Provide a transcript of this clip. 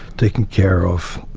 taken care of.